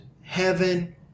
heaven